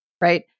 right